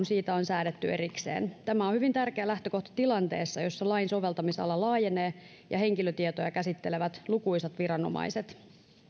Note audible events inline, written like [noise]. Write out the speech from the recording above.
[unintelligible] siitä on säädetty erikseen tämä on hyvin tärkeä lähtökohta tilanteessa jossa lain soveltamisala laajenee ja henkilötietoja käsittelevät lukuisat viranomaiset